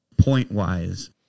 point-wise